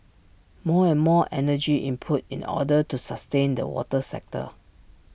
more and more energy input in order to sustain the water sector